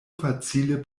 facile